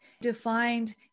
defined